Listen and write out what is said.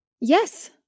Yes